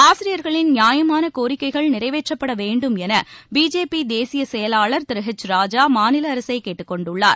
ஆசிரியர்களின் நியாயமான கோரிக்கைகள் நிறைவேற்றப்பட வேண்டும் என பிஜேபி தேசிய செயலாளர் திரு ஹெச் ராஜா மாநில அரசைக் கேட்டுக் கொண்டுள்ளார்